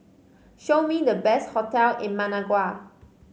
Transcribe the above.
show me the best hotel in Managua